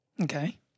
Okay